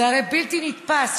זה הרי בלתי נתפס.